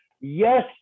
Yes